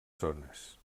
zones